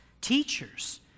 teachers